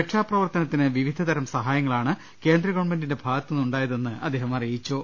രക്ഷാപ്രവർത്തനത്തിന് വിവിധ തരം സഹായങ്ങളാണ് കേന്ദ്ര ഗവൺമെൻ്റിന്റെ ഭാഗത്തു നിന്നുണ്ടായതെന്ന് അദ്ദേഹം അറിയിച്ചു